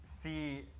see